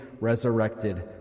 resurrected